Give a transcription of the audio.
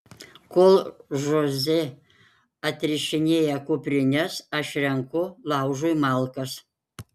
kol žoze atrišinėja kuprines aš renku laužui malkas